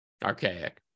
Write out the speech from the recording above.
archaic